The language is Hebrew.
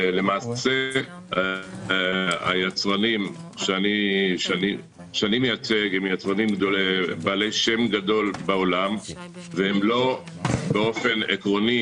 למעשה היצרנים שאני מייצג הם בעלי שם גדול בעולם והם לא באופן עקרוני,